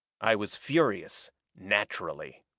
i was furious naturally.